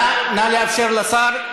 נא לאפשר לשר,